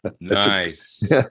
nice